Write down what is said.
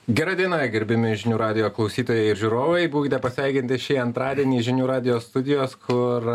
gera diena gerbiami žinių radijo klausytojai ir žiūrovai būkite pasveikinti šį antradienį žinių radijo studijos kur